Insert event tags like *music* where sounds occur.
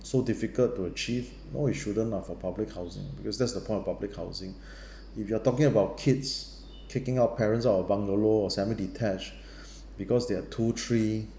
so difficult to achieve no it shouldn't lah for public housing because that's the point of public housing *breath* if you are talking about kids kicking out parents out of bungalow or semi detached *breath* because they are two three